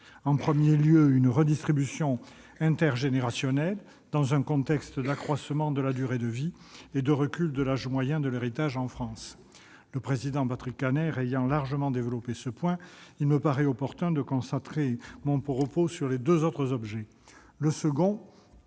Le premier enjeu, c'est la redistribution intergénérationnelle, dans un contexte d'accroissement de la durée de vie et de recul de l'âge moyen de l'héritage en France. Patrick Kanner ayant largement développé ce point, il me paraît opportun de concentrer mon propos sur les deux autres objets. Le deuxième